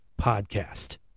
podcast